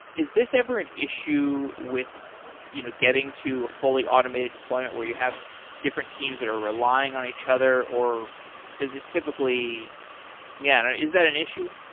is this ever an issue with you know getting to a fully automated deployment where you have different teams that are relying on each other or does this typically yeah is that an issue?